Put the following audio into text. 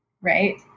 right